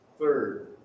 Third